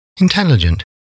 intelligent